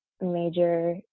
major